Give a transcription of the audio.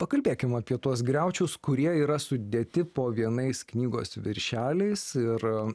pakalbėkim apie tuos griaučius kurie yra sudėti po vienais knygos viršeliais ir